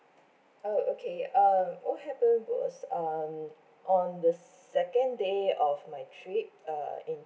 oh okay um what happened to us um on the second day of my trip uh in